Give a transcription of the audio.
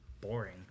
boring